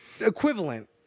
Equivalent